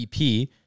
EP